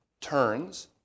turns